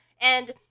and-